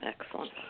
Excellent